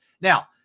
Now